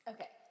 Okay